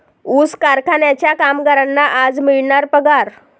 ऊस कारखान्याच्या कामगारांना आज मिळणार पगार